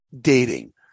dating